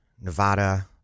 Nevada